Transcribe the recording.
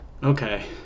Okay